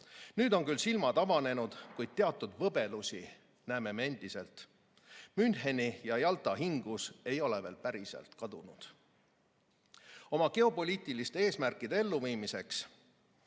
Nüüd on küll silmad avanenud, kuid teatud võbelusi näeme me endiselt. Müncheni ja Jalta hingus ei ole veel päriselt kadunud. Oma geopoliitiliste eesmärkide elluviimiseks